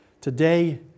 today